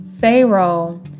Pharaoh